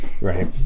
Right